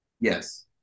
Yes